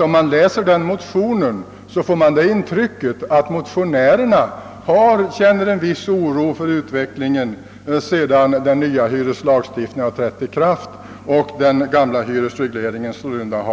Om man läser denna motion, får man intrycket, att motionärerna känner en viss oro för utvecklingen sedan den nya hyreslagstiftningen trätt i kraft och hyresregleringen sålunda